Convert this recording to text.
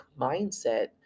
mindset